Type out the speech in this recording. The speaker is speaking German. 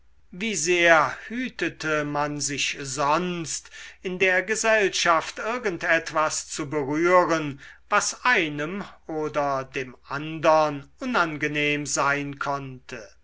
wie sehr hütete man sich sonst in der gesellschaft irgend etwas zu berühren was einem oder dem andern unangenehm sein konnte